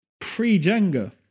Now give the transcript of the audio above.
pre-Jenga